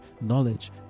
knowledge